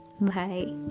Bye